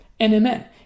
NMN